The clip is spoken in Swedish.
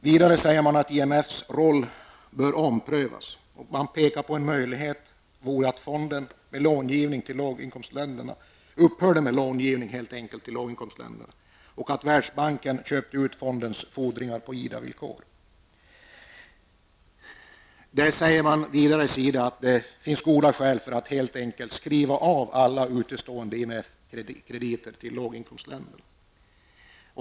Vidare säger man att IMFs roll bör omprövas. Man pekar på en möjlighet: fonden borde upphöra med långivning till låginkomstländerna, och Världsbanken borde lösa ut bankens fordringar på IDA-villkor. SIDA säger vidare att det finns goda skäl för att helt enkelt skriva av alla utestående IMF-krediter till låginkomstländerna.